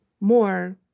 more